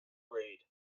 raid